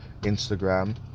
instagram